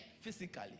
physically